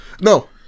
No